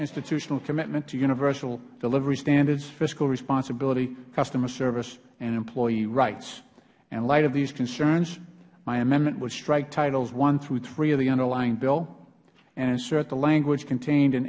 institutional commitment to universal delivery standards fiscal responsibility customer service and employee rights in light of these concerns my amendment would strike titles i through iii of the underlying bill and insert the language contained in